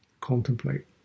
contemplate